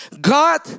God